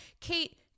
Kate